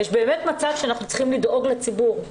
יש באמת מצב שאנחנו צריכים לדאוג לציבור.